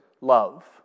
love